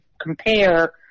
compare